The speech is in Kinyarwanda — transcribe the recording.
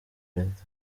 perezida